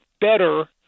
better